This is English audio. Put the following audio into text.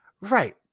Right